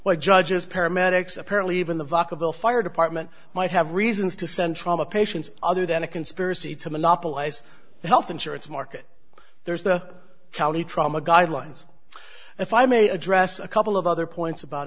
why judges paramedics apparently even the vacaville fire department might have reasons to send trauma patients other than a conspiracy to monopolize the health insurance market there's the county trauma guidelines if i may address a couple of other points about